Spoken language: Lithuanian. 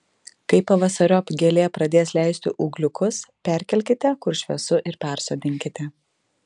kai pavasariop gėlė pradės leisti ūgliukus perkelkite kur šviesu ir persodinkite